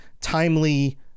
timely